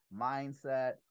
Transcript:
mindset